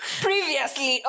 Previously